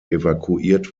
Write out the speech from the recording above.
evakuiert